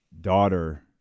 daughter